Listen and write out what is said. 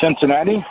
Cincinnati